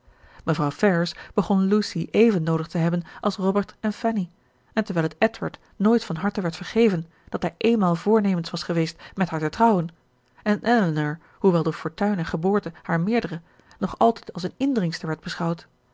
mevrouw ferrars begon lucy even noodig te hebben als robert en fanny en terwijl het edward nooit van harte werd vergeven dat hij eenmaal voornemens was geweest met haar te trouwen en elinor hoewel door fortuin en geboorte haar meerdere nog altijd als eene indringster werd beschouwd